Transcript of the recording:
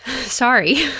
Sorry